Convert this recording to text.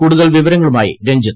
കൂടുതൽ വിവരങ്ങളുമായി രഞ്ജിത്